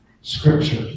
scripture